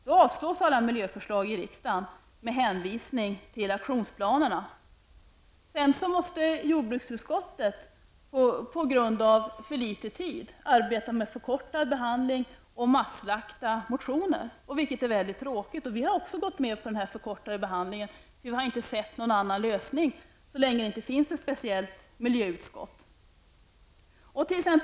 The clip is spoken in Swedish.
Då avslås alla miljöförslag i riksdagen med hänvisning till aktionsplanerna. Sedan måste jordbruksutskottet på grund av för litet tid arbeta med förkortad behandling och masslakta motioner, vilket är väldigt tråkigt. Även vi har dock gått med på denna förkortade behandling. Vi har inte sett någon annan lösning så länge det inte finns ett speciellt miljöutskott.